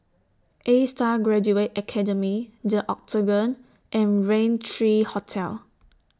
A STAR Graduate Academy The Octagon and Raintr Hotel